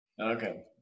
Okay